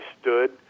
stood